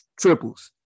triples